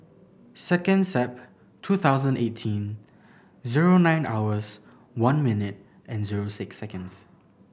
second September two thousand eighteen zero nine hours one minute and zero six seconds